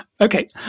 Okay